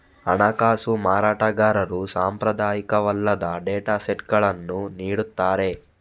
ಹಣಕಾಸು ಮಾರಾಟಗಾರರು ಸಾಂಪ್ರದಾಯಿಕವಲ್ಲದ ಡೇಟಾ ಸೆಟ್ಗಳನ್ನು ನೀಡುತ್ತಾರೆ